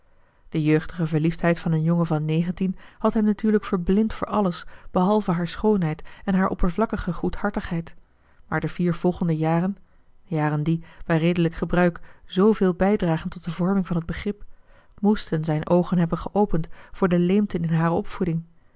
de jeugdige verliefdheid van een jongen van negentien had hem natuurlijk verblind voor alles behalve haar schoonheid en haar oppervlakkige goedhartigheid maar de vier volgende jaren jaren die bij redelijk gebruik zooveel bijdragen tot de vorming van het begrip moesten zijn oogen hebben geopend voor de leemten in hare opvoeding